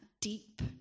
deep